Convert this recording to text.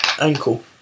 Ankle